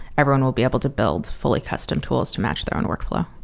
everyone will be able to build fully custom tools to match their own workflow.